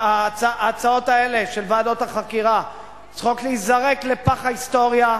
ההצעות האלה של ועדות החקירה צריכות להיזרק לפח ההיסטוריה,